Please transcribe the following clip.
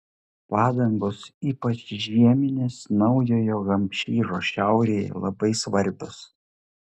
padangos ypač žieminės naujojo hampšyro šiaurėje labai svarbios